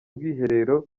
bwiherero